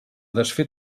desfer